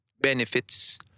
benefits